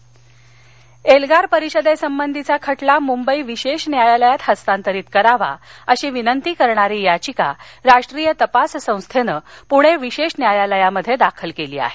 एल्गार परिषद एल्गार परिषदे संबंधी खटला मुंबई विशेष न्यायालयात हस्तांतरित करावा अशी विनंती करणारी याचिका राष्ट्रीय तपास संस्थेनं पुणे विशेष न्यायालयात दाखल केली आहे